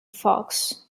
fox